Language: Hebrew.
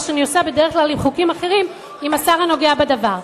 מה שאני עושה בדרך כלל לגבי חוקים אחרים עם השר הנוגע בדבר.